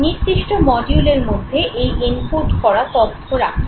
নির্দিষ্ট মডিউলের মধ্যে এই এনকোড করা তথ্য রাখা হয়